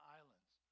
islands